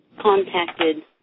contacted